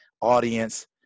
audience